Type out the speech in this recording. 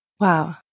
Wow